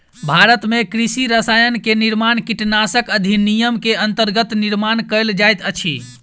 भारत में कृषि रसायन के निर्माण कीटनाशक अधिनियम के अंतर्गत निर्माण कएल जाइत अछि